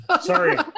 sorry